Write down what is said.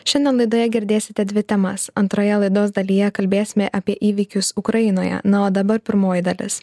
šiandien laidoje girdėsite dvi temas antroje laidos dalyje kalbėsime apie įvykius ukrainoje na o dabar pirmoji dalis